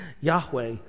Yahweh